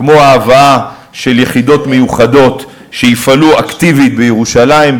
כמו ההבאה של יחידות מיוחדות שיפעלו אקטיבית בירושלים,